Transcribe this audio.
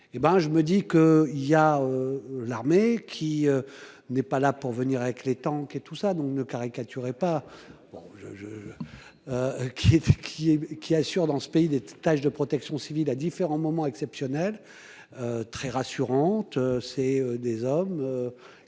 je me dis que il y a. L'armée qui. N'est pas là pour venir avec les tanks et tout ça donc. Ne caricaturez pas bon je je. Qui qui est, qui assure dans ce pays des tâches de protection civile à différents moments exceptionnels. Très. Rassurantes, c'est des hommes.